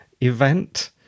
event